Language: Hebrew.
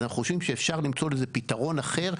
אז אנחנו חושבים שאפשר למצוא לזה פתרון אחר,